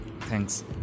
Thanks